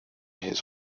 his